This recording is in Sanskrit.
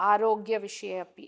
आरोग्यविषये अपि